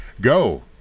Go